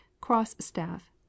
cross-staff